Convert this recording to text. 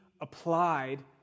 applied